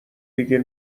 بگیر